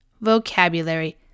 Vocabulary